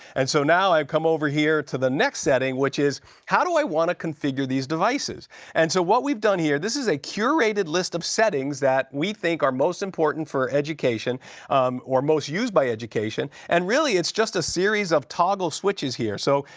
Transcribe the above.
and so, now i've come over here to the next setting, which is how do i want to configure these devices and so what we've done here this is a curated list of settings we think are most important for education or most used by education, and really it's just a series of toggle switches here. so,